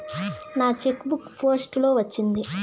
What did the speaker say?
నా cheque book post లో వచ్చింది